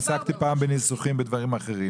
עסקתי פעם בניסוחים בדברים אחרים.